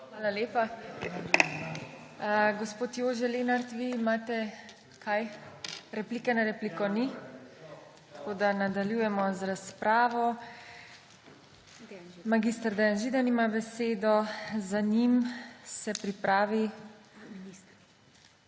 Hvala lepa. Gospod Jože Lenart, kaj imate vi? Replike na repliko ni, tako da nadaljujemo z razpravo. Mag. Dejan Židan, za njim se pripravi